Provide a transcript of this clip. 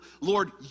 Lord